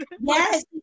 yes